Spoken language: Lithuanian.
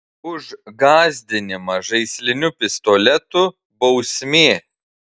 už gąsdinimą žaisliniu pistoletu bausmė